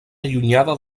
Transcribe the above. allunyada